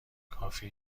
کافی